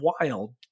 wild